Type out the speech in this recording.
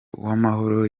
uwamahoro